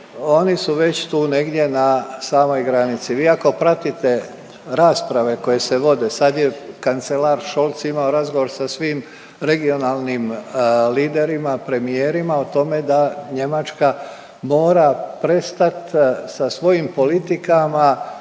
oni su tu već negdje na samoj granici, vi ako pratite rasprave koje se vode sad je kancelar Scholz imao razgovor sa svim regionalnim liderima, premijerima o tome da Njemačka mora prestat sa svojim politikama